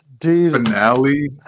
finale